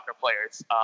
players